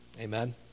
Amen